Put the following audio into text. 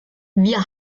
wir